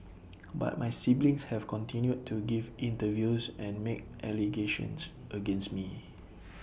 but my siblings have continued to give interviews and make allegations against me